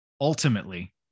ultimately